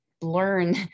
learn